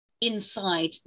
inside